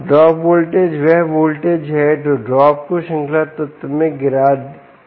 dropout voltage वह voltage है जो ड्रॉप को श्रृंखला तत्व में गिरा दिया जाना चाहिए